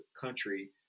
country